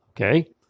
okay